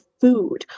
food